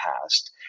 past